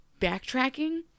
backtracking